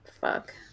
fuck